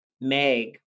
Meg